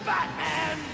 Batman